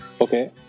okay